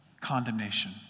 condemnation